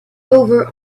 over